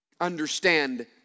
understand